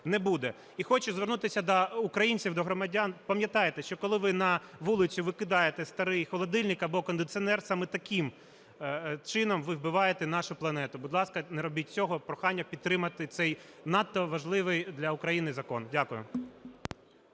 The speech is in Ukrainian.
не буде. І хочу звернутися до українців, до громадян. Пам'ятайте, що коли ви на вулицю викидаєте старий холодильник або кондиціонер, саме таким чином, ви вбиваєте нашу планету. Будь ласка, не робіть цього. І прохання підтримати цей, надто важливий для України закон. Дякую.